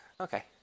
Okay